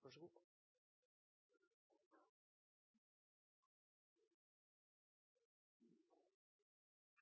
til